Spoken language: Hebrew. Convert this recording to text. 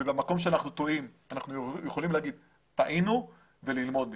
ובמקום שאנחנו טועים אנחנו יכולים לומר טעינו וללמוד מכך.